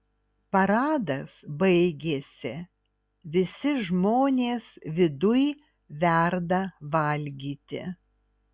paradas baigėsi visi žmonės viduj verda valgyti